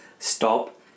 Stop